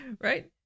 Right